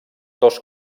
dos